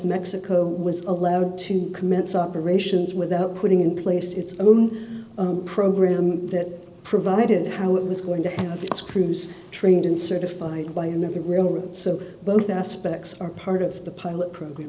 mexico was allowed to commence operations without putting in place its own program that provided how it was going to have its crews trained and certified by in the real world so both aspects are part of the pilot program